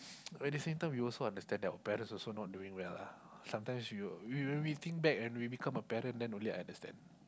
at the same time we also understand that our parents also not doing well lah sometimes you when when you think back when we become a parent then only I understand